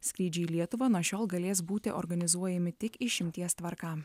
skrydžiai į lietuvą nuo šiol galės būti organizuojami tik išimties tvarka